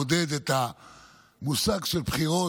לעודד את המושג של בחירות,